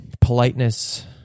politeness